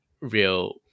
real